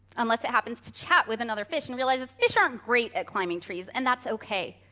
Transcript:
unless it happens to chat with another fish and realizes fish aren't great at climbing trees, and that's okay,